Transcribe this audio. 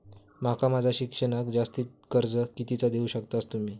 माका माझा शिक्षणाक जास्ती कर्ज कितीचा देऊ शकतास तुम्ही?